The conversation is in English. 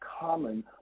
common